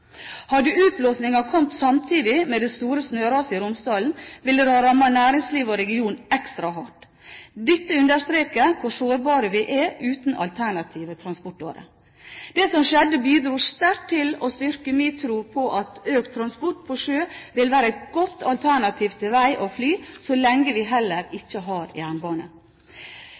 Hadde utblåsingen kommet samtidig med det store snøraset i Romsdalen, ville det ha rammet næringslivet og regionen ekstra hardt. Dette understreker hvor sårbare vi er uten alternative transportårer. Det som skjedde, bidro sterkt til å styrke min tro på at økt transport på sjø vil være et godt alternativ til vei og fly, så lenge vi heller ikke har jernbane.